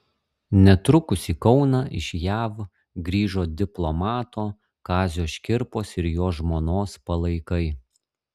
netrukus į kauną iš jav grįžo diplomato kazio škirpos ir jo žmonos palaikai